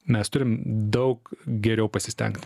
mes turim daug geriau pasistengt